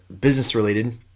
business-related